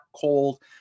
cold